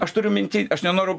aš turiu minty aš nenoru